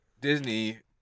Disney